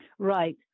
Right